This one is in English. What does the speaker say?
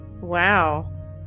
wow